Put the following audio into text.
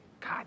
God